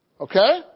Okay